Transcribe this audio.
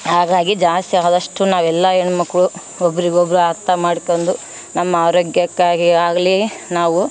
ಹಾಗಾಗಿ ಜಾಸ್ತಿ ಆದಷ್ಟು ನಾವೆಲ್ಲ ಹೆಣ್ಮಕ್ಕಳು ಒಬ್ರಿಗೊಬ್ಬರು ಅರ್ಥ ಮಾಡ್ಕೊಂಡು ನಮ್ಮ ಆರೋಗ್ಯಕ್ಕಾಗಿ ಆಗಲಿ ನಾವು